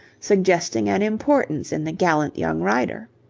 suggesting an importance in the gallant young rider.